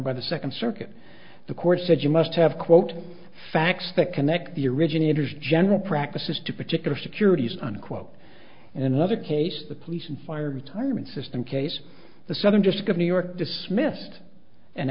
by the second circuit the court said you must have quote facts to connect the originators general practices to particular securities unquote another case the police and fire retirement system case the southern just of new york dismissed an